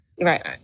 Right